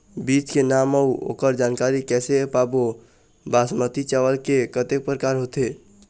बीज के नाम अऊ ओकर जानकारी कैसे पाबो बासमती चावल के कतेक प्रकार होथे?